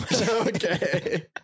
Okay